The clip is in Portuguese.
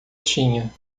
tinha